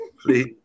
Please